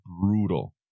brutal